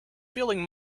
feeling